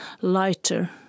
lighter